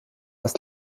das